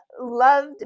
loved